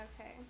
Okay